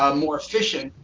um more efficient.